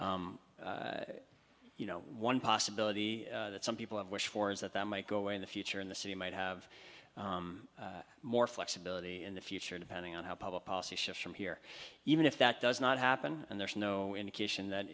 and you know one possibility that some people have wished for is that that might go away in the future in the city might have more flexibility in the future depending on how public policy shifts from here even if that does not happen and there's no indication that